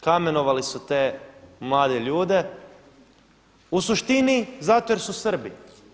Kamenovali su te mlade ljude u suštini zato jer su Srbi.